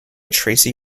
tracy